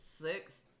six